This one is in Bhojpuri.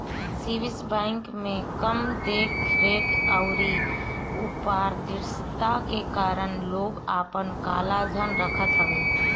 स्विस बैंक में कम देख रेख अउरी अपारदर्शिता के कारण लोग आपन काला धन रखत हवे